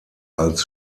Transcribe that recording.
als